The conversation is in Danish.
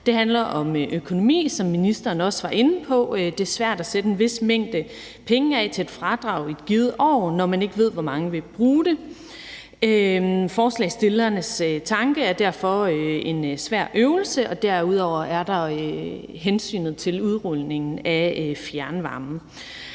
Det handler om økonomi, som ministeren også var inde på. Det er svært at sætte en vis mængde penge af til et fradrag i et givent år, når man ikke ved, hvor mange der vil bruge det. Forslagsstillernes tanke er derfor en svær øvelse, og derudover er der hensynet til udrulningen af fjernvarme.